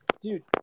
dude